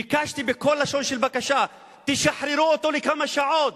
ביקשתי בכל לשון של בקשה: תשחררו אותו לכמה שעות,